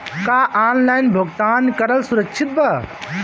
का ऑनलाइन भुगतान करल सुरक्षित बा?